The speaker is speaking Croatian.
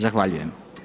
Zahvaljujem.